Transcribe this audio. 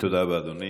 תודה רבה, אדוני.